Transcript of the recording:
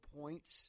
points